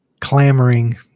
Clamoring